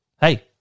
Hey